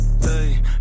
Hey